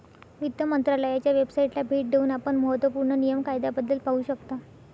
वित्त मंत्रालयाच्या वेबसाइटला भेट देऊन आपण महत्त्व पूर्ण नियम कायद्याबद्दल पाहू शकता